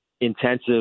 intensive